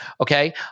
Okay